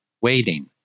waiting